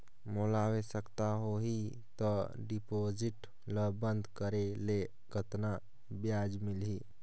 मोला आवश्यकता होही त डिपॉजिट ल बंद करे ले कतना ब्याज मिलही?